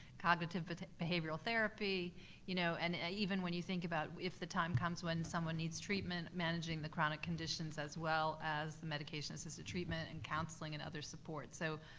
cognitive but behavioral therapy you know and even when you think about if the time comes when someone needs treatment, managing the chronic conditions as well as the medication-assisted treatment and counseling and other support. so,